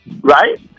Right